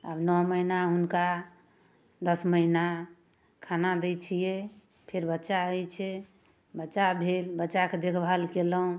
आब नओ महिना हुनका दस महिना खाना दै छियै फेर बच्चा हैय छै बच्चा भेल बच्चाके देखभाल कयलहुँ